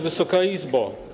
Wysoka Izbo!